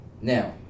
Now